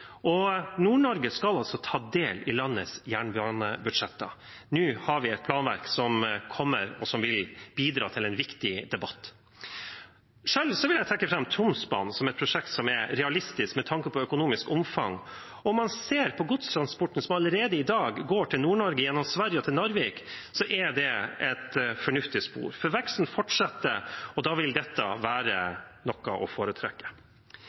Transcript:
og Nord-Norge skal ta del i landets jernbanebudsjetter. Nå har vi et planverk som kommer, og som vil bidra til en viktig debatt. Selv vil jeg trekke fram Tromsbanen som et prosjekt som er realistisk med tanke på økonomisk omfang. Når man ser på godstransporten som allerede i dag går til Nord-Norge gjennom Sverige til Narvik, er det et fornuftig spor. For veksten fortsetter, og da vil dette være noe å foretrekke.